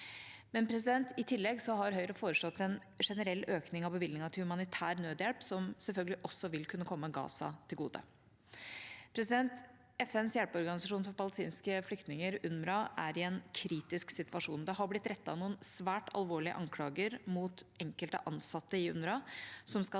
I tillegg har Høyre foreslått en generell økning av bevilgningen til humanitær nødhjelp, som selvfølgelig også vil kunne komme Gaza til gode. FNs hjelpeorganisasjon for palestinske flyktninger, UNRWA, er i en kritisk situasjon. Det har blitt rettet noen svært alvorlige anklager mot enkelte ansatte i UNRWA som skal